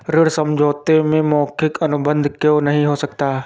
ऋण समझौते में मौखिक अनुबंध क्यों नहीं हो सकता?